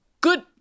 good